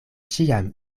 ĉiam